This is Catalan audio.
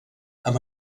amb